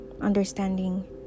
Understanding